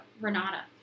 Renata